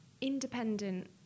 independent